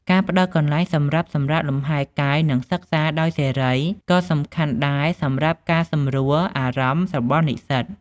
ការផ្តល់កន្លែងសម្រាប់សម្រាកលំហែកាយនិងសិក្សាដោយសេរីក៏សំខាន់ដែរសម្រាប់ការសម្រួលអារម្មណ៍របស់និស្សិត។